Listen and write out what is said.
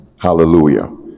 Hallelujah